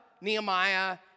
Nehemiah